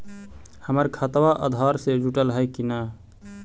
हमर खतबा अधार से जुटल हई कि न?